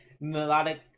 Melodic